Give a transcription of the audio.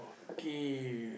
okay